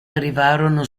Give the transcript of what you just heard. arrivarono